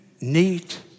neat